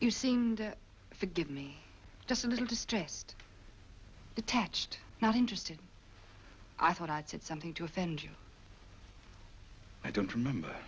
you seemed to forgive me just a little distressed detached not interested i thought i'd said something to offend you i don't remember